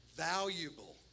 valuable